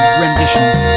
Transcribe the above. renditions